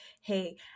hey